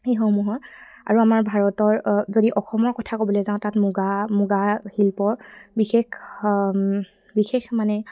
সেইসমূহৰ আৰু আমাৰ ভাৰতৰ যদি অসমৰ কথা ক'বলৈ যাওঁ তাত মুগা মুগা শিল্প বিশেষ বিশেষ মানে